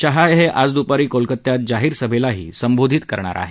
शहा हे आज दुपारी कोलकात्यात जाहीर सभेला संबोधित करणार आहेत